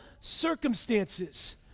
circumstances